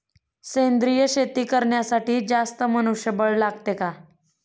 सेंद्रिय शेती करण्यासाठी जास्त मनुष्यबळ लागते का?